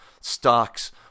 stocks